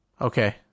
Okay